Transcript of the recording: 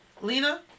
Lena